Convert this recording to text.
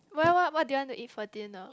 well what what do you want to eat for dinner